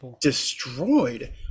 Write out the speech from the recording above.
destroyed